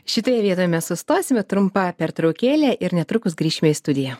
šitoje vietoje mes sustosime trumpa pertraukėlė ir netrukus grįšime į studiją